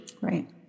right